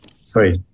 Sorry